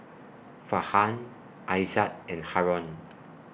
Farhan Aizat and Haron